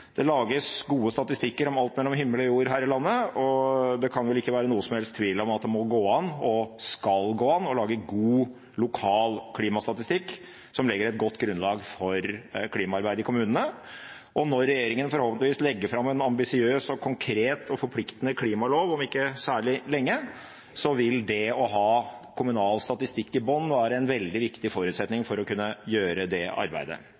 Det lages gode statistikker over alt mellom himmel og jord her i landet, og det kan vel ikke være noen som helst tvil om at det må gå an og skal gå an å lage god lokal klimastatistikk, som legger et godt grunnlag for klimaarbeidet i kommunene. Når regjeringen forhåpentligvis legger fram en ambisiøs, konkret og forpliktende klimalov om ikke særlig lenge, vil det å ha kommunal statistikk i bunn være en veldig viktig forutsetning for å kunne gjøre det arbeidet.